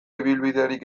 ibilbiderik